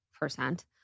percent